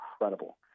incredible